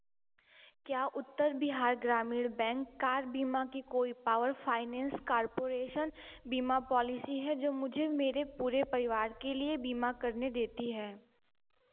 क्या Uttar Bihar Gramin bank car बीमा की कोई पावर फाइनेंस कॉर्पोरेशन बीमा पॉलिसी है जो मुझे मेरे पूरे परिवार के लिए बीमा करने देती है